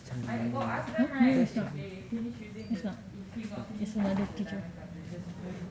no no it's not it's not it's another teacher